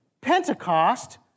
Pentecost